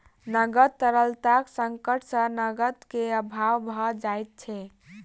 नकद तरलताक संकट सॅ नकद के अभाव भ जाइत छै